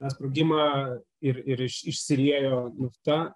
tą sprogimą ir ir iš išsiliejo nafta